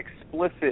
explicit